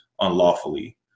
unlawfully